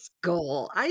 goal